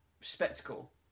spectacle